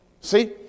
See